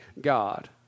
God